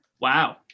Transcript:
Wow